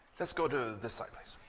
let's go to this side,